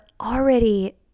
already